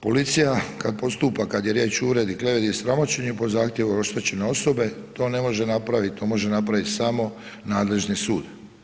Policija kad postupa, kad je riječ o uvredi, kleveti i sramoćenju po zahtjevu oštećene osobe to ne može napraviti, to može napraviti samo nadležni sud.